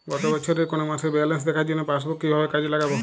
গত বছরের কোনো মাসের ব্যালেন্স দেখার জন্য পাসবুক কীভাবে কাজে লাগাব?